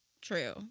true